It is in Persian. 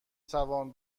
توان